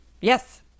Yes